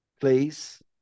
please